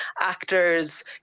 actors